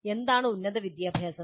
എന്താണ് ഉന്നത വിദ്യാഭ്യാസം